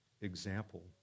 example